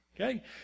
Okay